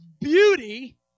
beauty